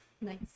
nice